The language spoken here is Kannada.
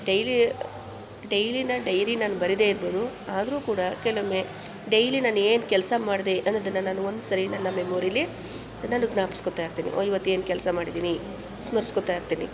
ಡೈಲಿ ಡೈಲಿ ನಾನು ಡೈರಿ ನಾನು ಬರಿದೇ ಇರ್ಬೋದು ಆದರೂ ಕೂಡ ಕೆಲವೊಮ್ಮೆ ಡೈಲಿ ನಾನು ಏನು ಕೆಲಸ ಮಾಡಿದೆ ಅನ್ನೋದನ್ನು ನಾನು ಒಂದ್ಸರಿ ನನ್ನ ಮೆಮೊರಿಲಿ ನಾನು ಜ್ಞಾಪ್ಸ್ಕೊಳ್ತ ಇರ್ತೀನಿ ಓಹ್ ಇವತ್ತೇನು ಕೆಲಸ ಮಾಡಿದ್ದೀನಿ ಸ್ಮರಿಸ್ಕೊಳ್ತಾ ಇರ್ತೀನಿ